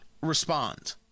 respond